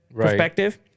perspective